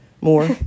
More